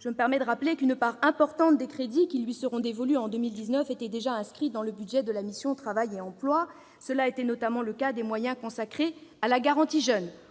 je rappelle qu'une part importante des crédits qui lui seront dévolus en 2019 était déjà inscrite dans le budget de la mission « Travail et emploi ». Cela était notamment le cas des moyens consacrés à la garantie jeunes,